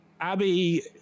abby